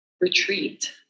retreat